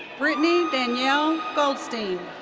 brittany danielle goldstein.